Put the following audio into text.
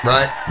Right